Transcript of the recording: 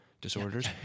disorders